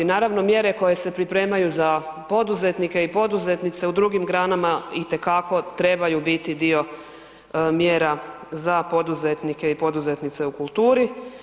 Naravno mjere koje se pripremaju za poduzetnike i poduzetnice u drugim granama itekako trebaju biti dio mjera za poduzetnike i poduzetnice u kulturi.